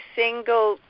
single